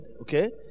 okay